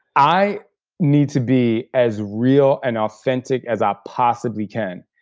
i need to be as real and authentic as i possibly can.